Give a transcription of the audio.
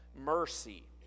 mercy